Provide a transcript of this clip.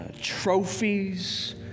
trophies